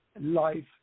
life